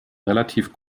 relativ